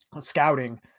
scouting